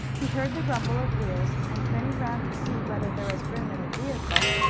he heard the rumble of wheels, and turning round to see whether there was room in the vehicle,